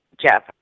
Jeff